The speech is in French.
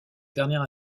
dernière